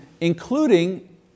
including